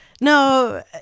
No